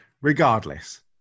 regardless